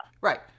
right